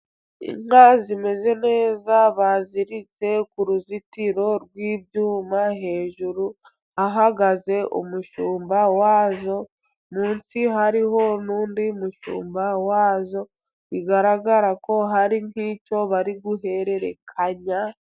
Inka zimeze neza baziritse ku ruzitiro rw'ibyuma hejuru, hahagaze umushumba wazo ,munsi hariho n'undi mu shumba wazo, bigaragara ko hari nk'icyo bari guhererekanya.